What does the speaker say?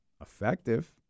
Effective